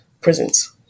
prisons